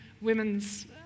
women's